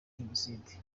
jenoside